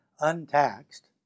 untaxed